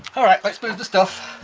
all right let's move the stuff